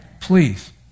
Please